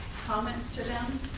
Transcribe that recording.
comments to them